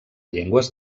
llengües